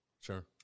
sure